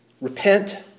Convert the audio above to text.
Repent